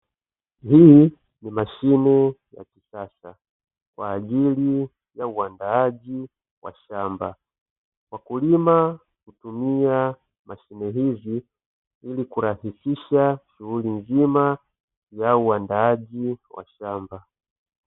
Hii ni mashine ya kisasa kwa ajili ya uandaaji wa shamba, wakulima hutumia mashine hizi ili kurahisisha shughuli nzima za uandaaji wa shamba.